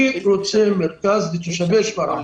אני רוצה מרכז לתושבי שפרעם.